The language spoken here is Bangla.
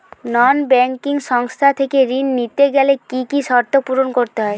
নন ব্যাঙ্কিং সংস্থা থেকে ঋণ নিতে গেলে কি কি শর্ত পূরণ করতে হয়?